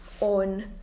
on